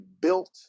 built